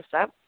up